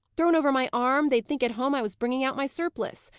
thrown over my arm, they'd think at home i was bringing out my surplice.